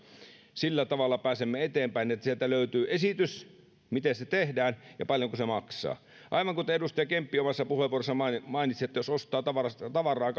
sillä tavalla pääsemme eteenpäin että sieltä löytyy esitys miten se tehdään ja paljonko se maksaa aivan kuten edustaja kemppi omassa puheenvuorossaan mainitsi mainitsi että jos ostaa tavaraa tavaraa